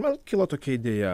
man kilo tokia idėja